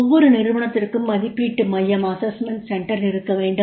ஒவ்வொரு நிறுவனத்திற்கும் மதிப்பீட்டு மையம் இருக்க வேண்டும்